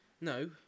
No